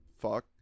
fuck